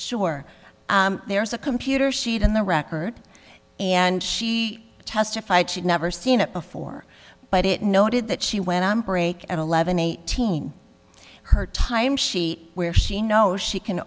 sure there is a computer sheet in the record and she testified she never seen it before but it noted that she went on break at eleven eighteen her time sheet where she no she can